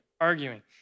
arguing